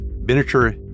miniature